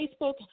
Facebook